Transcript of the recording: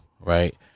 right